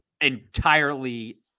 Entirely